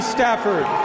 Stafford